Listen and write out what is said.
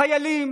חיילים.